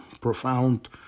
profound